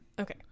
Okay